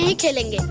yeah killing